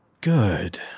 Good